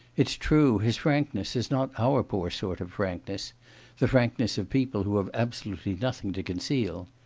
it's true, his frankness is not our poor sort of frankness the frankness of people who have absolutely nothing to conceal.